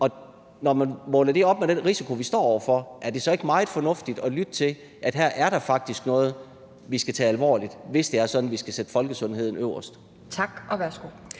Når man måler det op imod den risiko, vi står over for, er det så ikke meget fornuftigt at lytte til, at der faktisk er noget her, som vi skal tage alvorligt, hvis det er sådan, at vi skal sætte folkesundheden øverst? Kl.